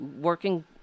working